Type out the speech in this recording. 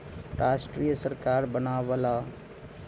राष्ट्रीय सरकार बनावला